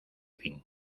fin